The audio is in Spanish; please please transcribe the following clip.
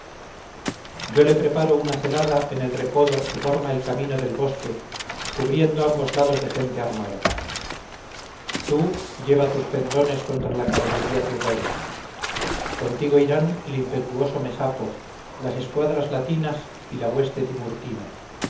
yo le preparo una celada en el recodo que forma el camino del bosque cubriendo ambos lados de gente armada tú lleva tus pendones contra la caballería tirrena contigo irán el impetuoso mesapo las escuadras latinas y la hueste tiburtina